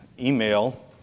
email